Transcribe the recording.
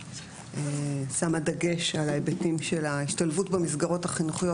שמה דגש על ההיבטים של ההשתלבות במסגרות החינוכיות.